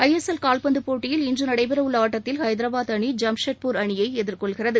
ஐ S L கால்பந்து போட்டியில் இன்று நடைபெறவுள்ள ஆட்டத்தில் ஐதராபாத் அணி ஜாம்ஷெட்பூர் அணியை எதிர்கொள்கிறது